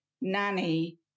nanny